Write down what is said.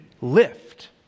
lift